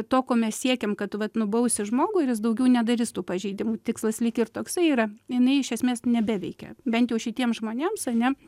to ko mes siekiam kad vat nubausi žmogų ir jis daugiau nedarys tų pažeidimų tikslas lyg ir toksai yra jinai iš esmės nebeveikia bent jau šitiems žmonėms ane